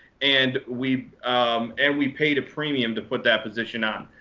and we um and we paid a premium to put that position on.